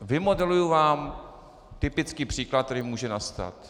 Vymodeluji vám typický příklad, který může nastat.